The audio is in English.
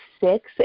six